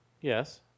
Yes